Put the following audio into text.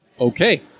Okay